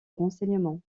renseignement